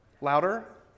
louder